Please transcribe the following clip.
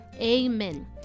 Amen